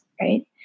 right